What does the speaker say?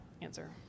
answer